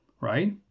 Right